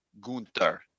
Gunther